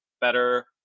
better